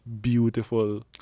beautiful